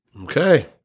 Okay